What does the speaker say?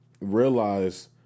realize